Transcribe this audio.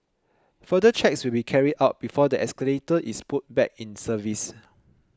further checks will be carried out before the escalator is put back in service